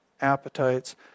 appetites